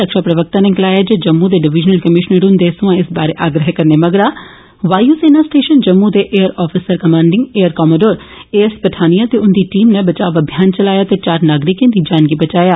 रक्षा प्रवक्ता नै गलाया ऐ जे जम्मू दे डिविजनल कमीशनर हुन्दे सोयां इस बारै आग्रह करने मगरा सेना स्टेशन जम्मू दे ऐयर आफिसर कमांडरी air commodore A S Pathania ते उन्दी टींम नै बचाव अभियान चलाया ते चार नागरिकें दी जान गी बचाया